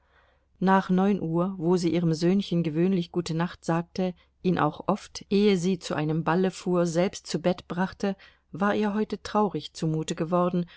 nach neun uhr wo sie ihrem söhnchen gewöhnlich gute nacht sagte ihn auch oft ehe sie zu einem balle fuhr selbst zu bett brachte war ihr heute traurig zumute geworden